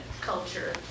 culture